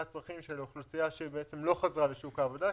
הצרכים של האוכלוסייה שלא חזרה לשוק העבודה.